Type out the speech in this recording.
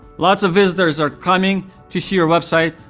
lots of visitors are coming to see your website,